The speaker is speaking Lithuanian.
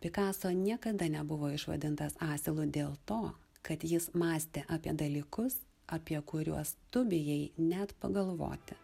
pikaso niekada nebuvo išvadintas asilu dėl to kad jis mąstė apie dalykus apie kuriuos tu bijai net pagalvoti